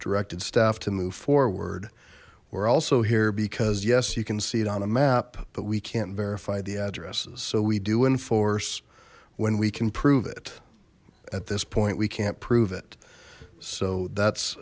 directed staff to move forward we're also here because yes you can see it on a map but we can't verify the addresses so we do enforce when we can prove it at this point we can't prove it so that's